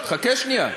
חכה שנייה.